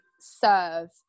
serve